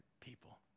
people